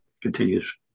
continues